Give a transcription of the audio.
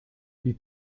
die